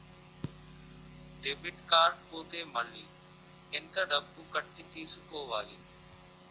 Debit card పోతే మళ్ళీ ఎంత డబ్బు కట్టి తీసుకోవాలి?